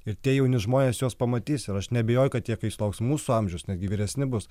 ir tie jauni žmonės juos pamatys ir aš neabejoju kad jie kai sulauks mūsų amžiaus netgi vyresni bus